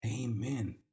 Amen